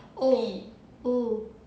!oi! oh